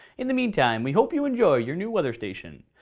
in the meantime we hope you enjoy your new weather station.